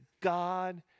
God